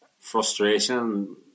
frustration